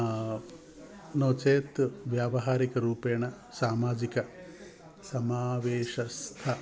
नो चेत् व्यावहारिक रूपेण सामाजिक समावेशस्थ